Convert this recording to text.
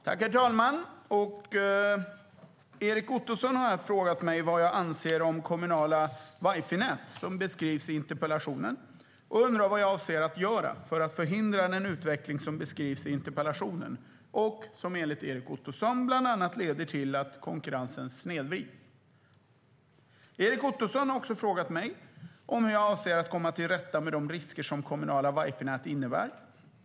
Herr talman! Erik Ottoson har frågat mig vad jag anser om kommunala wifi-nät som beskrivs i interpellationen och undrar vad jag avser att göra för att förhindra den utveckling som beskrivs i interpellationen och som, enligt Erik Ottoson, bland annat leder till att konkurrensen snedvrids. Erik Ottoson har också frågat mig om hur jag avser att komma till rätta med de risker som kommunala wifi-nät innebär.